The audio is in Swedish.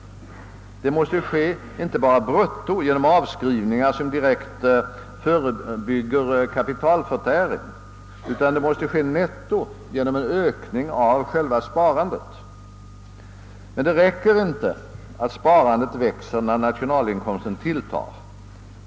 Det måste ske inte bara brutto genom avskrivningar som direkt förebygger kapitalförtäring, utan det måste också ske netto genom en ökning av själva sparandet i egentlig mening. Men det räcker inte att sparandet växer, när nationalinkomsten ökar.